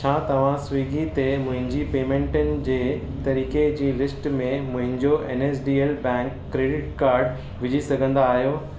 छा तव्हां स्विगी ते मुंहिंजी पेमेंटनि जे तरीक़े जी लिस्ट में मुंहिंजो N S D L bank credit card विझी सघंदा आहियो